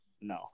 no